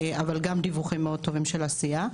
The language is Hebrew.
אבל גם דיווחים טובים מאוד של עשייה.